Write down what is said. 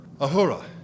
Ahura